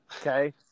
Okay